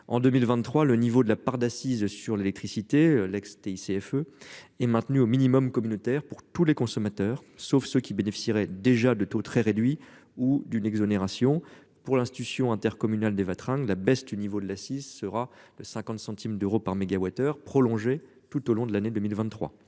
en 2023, le niveau de la part d'assises sur l'électricité, l'ex-TI CFE est maintenu au minimum communautaire pour tous les consommateurs, sauf ceux qui bénéficierait déjà de taux très réduit ou d'une exonération pour l'institution intercommunale des Vatrin la baisse du niveau de l'A6 sera de 50 centimes d'euros par MWh prolonger tout au long de l'année 2023.